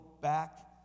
back